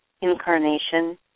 incarnation